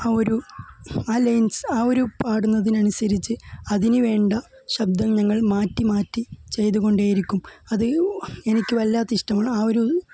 ആ ഒരു ആ ലൈന്സ് ആ ഒരു പാടുന്നതിനനുസരിച്ച് അതിനുവേണ്ട ശബ്ദം ഞങ്ങള് മാറ്റി മാറ്റി ചെയ്തു കൊണ്ടേയിരിക്കും അത് യു എനിക്ക് വല്ലാതെ ഇഷ്ടമാണ് ആ ഒരു